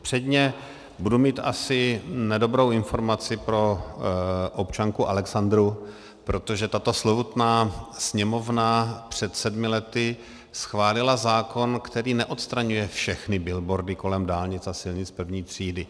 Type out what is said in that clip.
Předně budu mít asi nedobrou informaci pro občanku Alexandru, protože tato slovutná Sněmovna před sedmi lety schválila zákon, který neodstraňuje všechny billboardy kolem dálnic a silnic I. třídy.